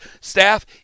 staff